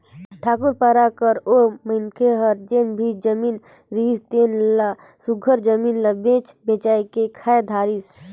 ठाकुर पारा कर ओ मनखे हर जेन भी जमीन रिहिस तेन ल सुग्घर जमीन ल बेंच बाएंच के खाए धारिस